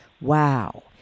Wow